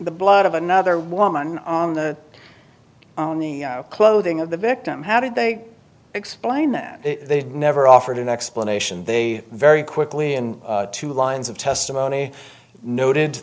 the blood of another woman on the on the clothing of the victim how did they explain that they had never offered an explanation they very quickly in two lines of testimony noted